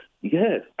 Yes